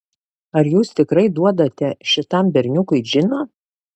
ar jūs tikrai duodate šitam berniukui džino